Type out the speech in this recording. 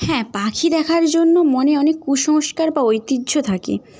হ্যাঁ পাখি দেখার জন্য মনে অনেক কুসংস্কার বা ঐতিহ্য থাকে